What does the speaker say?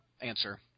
answer